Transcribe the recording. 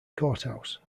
courthouse